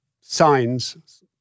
signs